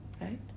right